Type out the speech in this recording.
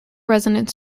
resonance